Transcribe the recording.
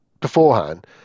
beforehand